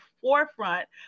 forefront